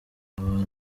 abantu